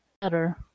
better